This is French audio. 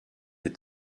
des